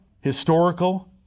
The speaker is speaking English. historical